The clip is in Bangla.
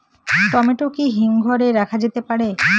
টমেটো কি হিমঘর এ রাখা যেতে পারে?